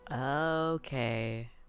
okay